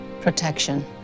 Protection